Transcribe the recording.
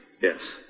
Yes